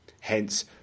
Hence